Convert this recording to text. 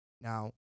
Now